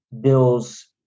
bills